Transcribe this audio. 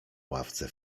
ławce